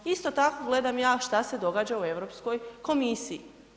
Isto tako gledam ja šta se događa u Europskoj komisiji.